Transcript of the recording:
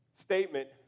Statement